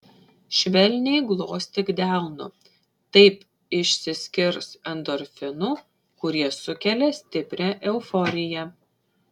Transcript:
švelniai glostyk delnu taip išsiskirs endorfinų kurie sukelia stiprią euforiją